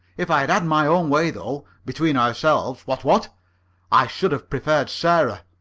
if i'd had my own way though between ourselves, what, what i should have preferred sarah.